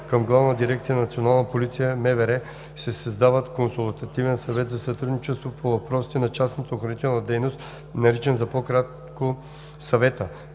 Към Главна дирекция „Национална полиция“ – МВР, се създава Консултативен съвет за сътрудничество по въпросите на частната охранителна дейност, наричан по-нататък „съвета“.